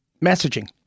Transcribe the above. messaging